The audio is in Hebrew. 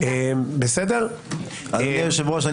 אדוני היושב-ראש,